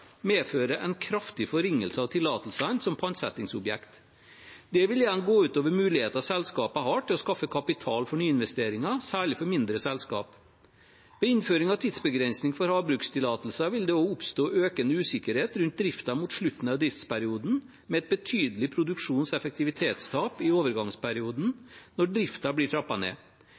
medføre en kraftig forringelse av tillatelsene som pantsettingsobjekt. Det vil igjen gå ut over mulighetene selskapene har til å skaffe kapital for nyinvesteringer, særlig for mindre selskap. Ved innføring av tidsbegrensning for havbrukstillatelser vil det også oppstå økende usikkerhet rundt driften mot slutten av driftsperioden med et betydelig produksjons- og effektivitetstap i overgangsperioden når driften blir trappet ned.